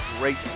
great